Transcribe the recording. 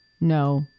no